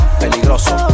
peligroso